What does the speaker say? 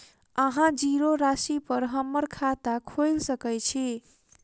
अहाँ जीरो राशि पर हम्मर खाता खोइल सकै छी?